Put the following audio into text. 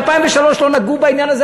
מ-2003 לא נגעו בעניין הזה,